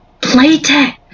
Playtech